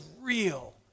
real